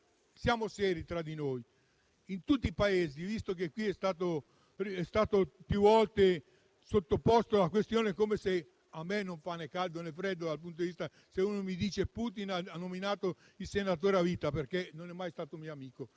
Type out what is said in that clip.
Siamo seri tra di noi: in tutti i Paesi, visto che è stata più volte sottoposto la questione (a me non fa né caldo né freddo se uno mi dice che Putin ha nominato i senatori a vita perché non è mai stato mio amico;